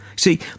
See